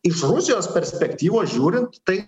iš rusijos perspektyvos žiūrint tai